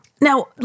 Now